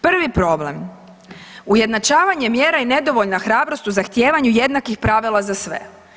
Prvi problem ujednačavanje mjera i nedovoljna hrabrost u zahtijevanju jednakih pravila za sve.